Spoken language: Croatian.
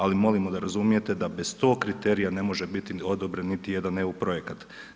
Ali molimo da razumijete da bez tog kriterija ne može biti odobren niti jedan EU projekat.